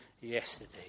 yesterday